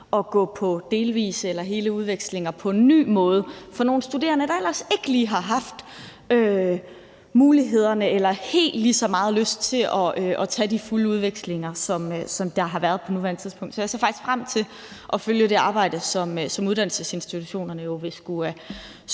at tage på delvise eller hele udvekslinger på en ny måde. Det er nogle muligheder for nogle studerende, der ellers ikke lige har haft mulighederne eller haft helt lige så meget lyst til at tage de fulde udvekslinger, som der er mulighed for på nuværende tidspunkt. Så jeg ser faktisk frem til at følge det arbejde, som uddannelsesinstitutionerne jo vil skulle stå